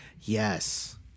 Yes